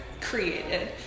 created